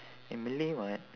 eh malay [what]